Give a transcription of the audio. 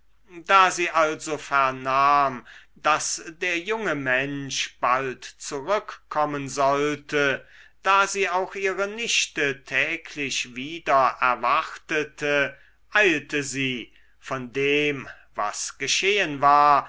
da sie also vernahm daß der junge mensch bald zurückkommen sollte da sie auch ihre nichte täglich wieder erwartete eilte sie von dem was geschehen war